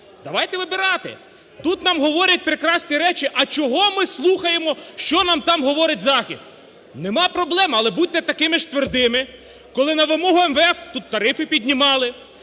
Давайте вибирати. Тут нам говорять прекрасні речі. А чого ми слухаємо, що нам там говорить Захід? Нема проблема, але будьте такими ж твердими, коли на вимогу МВФ тут тарифи піднімали,